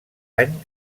any